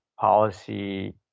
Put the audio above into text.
policy